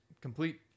complete